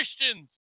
christians